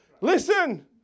listen